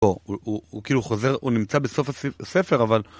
או, הוא כאילו חוזר, הוא נמצא בסוף הספר, אבל...